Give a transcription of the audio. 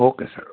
okay sir